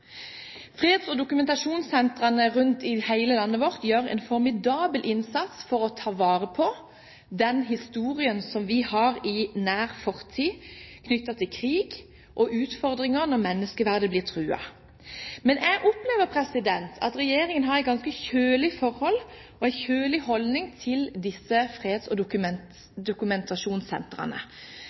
Freds- og menneskerettssentrene rundt i hele landet vårt gjør en formidabel innsats for å ta vare på den historien vi har i nær fortid, knyttet til krig og utfordringer når menneskeverdet blir truet. Men jeg opplever at regjeringen har et ganske kjølig forhold og en kjølig holdning til disse freds- og